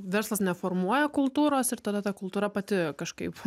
verslas neformuoja kultūros ir tada ta kultūra pati kažkaip